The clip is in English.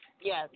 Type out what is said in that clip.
Yes